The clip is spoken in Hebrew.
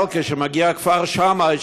אבל כשמגיעים לכפר שמאי,